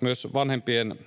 Myös vanhempien